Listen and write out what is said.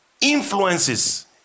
influences